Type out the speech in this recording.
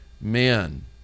men